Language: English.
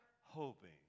hoping